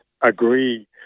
agree